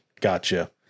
Gotcha